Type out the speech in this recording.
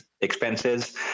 expenses